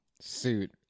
suit